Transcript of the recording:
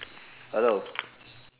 hello